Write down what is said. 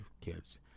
kids